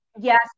Yes